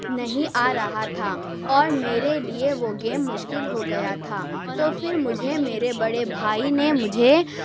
نہیں آ رہا تھا اور میرے لیے وہ گیم مشکل ہو گیا تھا تو پھر مجھے میرے بڑے بھائی نے مجھے